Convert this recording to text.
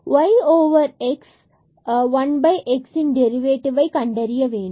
yx 1 xன் டெரிவேடிவ்வை கண்டறிய வேண்டும்